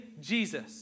Jesus